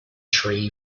tree